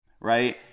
right